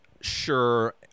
sure